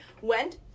went